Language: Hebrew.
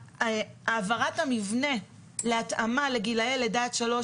בהעברת המבנה בהתאמה לגילי לידה עד שלוש